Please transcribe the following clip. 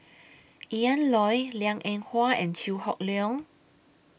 Ian Loy Liang Eng Hwa and Chew Hock Leong